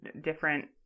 different